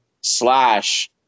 Slash